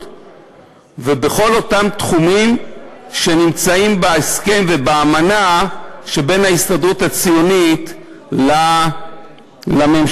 ובכל אותם תחומים שנמצאים בהסכם ובאמנה שבין ההסתדרות הציונית לממשלה.